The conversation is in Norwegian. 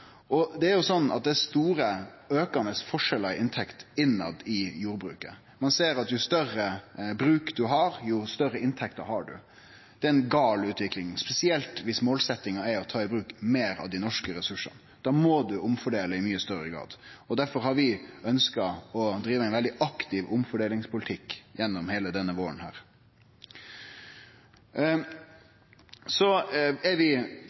Det er store og aukande forskjellar i inntekt i jordbruket. Ein ser at jo større bruk ein har, jo større inntekt har ein. Det er feil utvikling, spesielt viss målsetjinga er å ta i bruk meir av dei norske ressursane. Da må ein fordele i mykje større grad. Difor har vi ønskt å drive ein veldig aktiv fordelingspolitikk gjennom heile denne våren.